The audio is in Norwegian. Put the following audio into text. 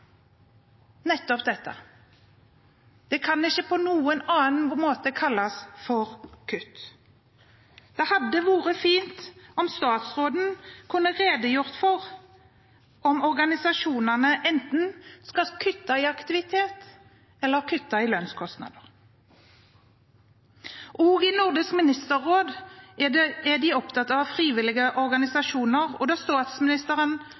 nettopp dette. Det kan ikke kalles noe annet enn kutt. Det hadde vært fint om statsråden kunne redegjort for om organisasjonene skal kutte enten i aktivitet eller i lønnskostnader. Også i Nordisk ministerråd er man opptatt av frivillige organisasjoner, og da statsministeren